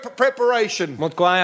preparation